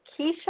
Keisha